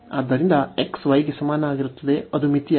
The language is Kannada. ಆದ್ದರಿಂದ x y ಗೆ ಸಮನಾಗಿರುತ್ತದೆ ಅದು ಮಿತಿಯಾಗಿದೆ